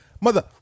Mother